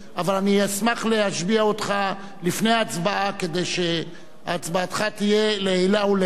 אבל אני אשמח להשביע אותך לפני ההצבעה כדי שהצבעתך תהיה לעילא ולעילא.